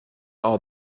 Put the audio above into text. are